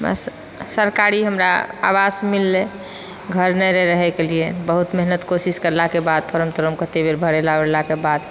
बस सरकारी हमरा आवास मिलले घर नहि रहै रहैके लिए बहुत मेहनत कोशिश करलाके बाद फोरम तोरम कते बेर भरेला वरेलाके बाद